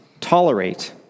tolerate